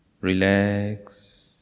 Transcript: relax